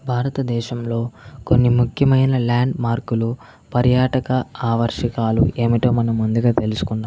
భారతదేశంలో కొన్ని ముఖ్యమైన ల్యాండ్ మార్కులు పర్యాటక ఆవర్షకాలు ఏమిటో మనం ముందుగా తెలుసుకుందాం